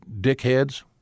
dickheads